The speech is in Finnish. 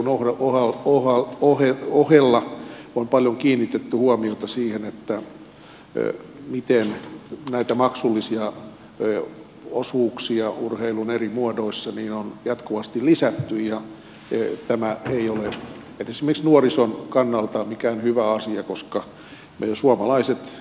esimerkiksi urheilun ohella on paljon kiinnitetty huomiota siihen miten näitä maksullisia osuuksia urheilun eri muodoissa on jatkuvasti lisätty ja tämä ei ole esimerkiksi nuorison kannalta mikään hyvä asia koska suomalaiset rakastavat urheilua